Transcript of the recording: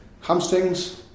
Hamstrings